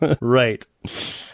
Right